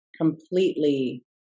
completely